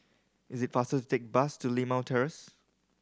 is it faster to take bus to Limau Terrace